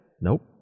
Nope